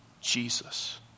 Jesus